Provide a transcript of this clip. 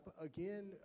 again